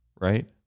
right